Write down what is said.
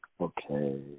Okay